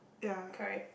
ya